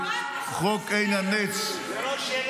------- חוק עין הנץ -- זה לא שלו.